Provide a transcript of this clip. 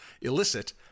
illicit